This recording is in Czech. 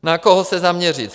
Na koho se zaměřit.